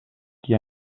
qui